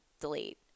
delete